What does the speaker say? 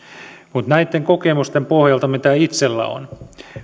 mutta näitten kokemusten pohjalta mitä itselläni on